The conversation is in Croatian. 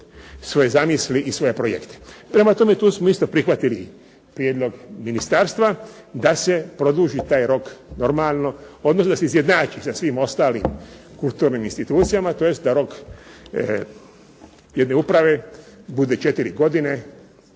svoje zamisli i svoje projekte. Prema tome, tu smo isto prihvatili prijedlog ministarstva da se produži taj rok normalno, odnosno da se izjednači sa svim ostalim kulturnim institucijama, tj. da rok jedne uprave bude 4 godine